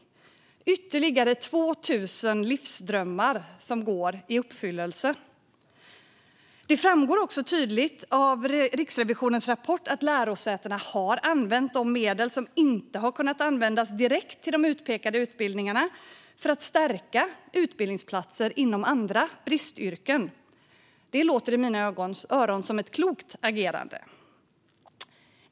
Det är ytterligare 2 000 livsdrömmar som går i uppfyllelse. Det framgår tydligt av Riksrevisionens rapport att lärosätena har använt de medel som inte kunnat användas direkt till de utpekade utbildningarna för att stärka utbildningsplatserna inom andra bristyrken. Det låter i mina öron som ett klokt agerande.